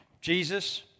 Jesus